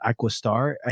Aquastar